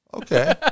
Okay